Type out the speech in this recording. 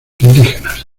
indígenas